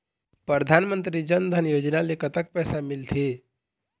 परधानमंतरी जन धन योजना ले कतक पैसा मिल थे?